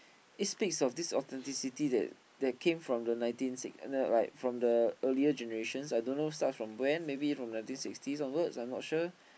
it speaks of this authenticity that that came from the nineteen sixties no like from the earlier generations I don't know starts from when maybe from nineteen sixties onwards I'm not sure